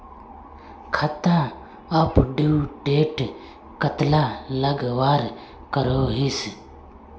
खाता अपटूडेट कतला लगवार करोहीस?